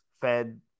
fed